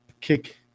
Kick